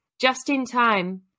just-in-time